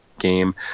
game